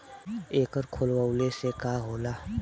एकर खोलवाइले से का होला?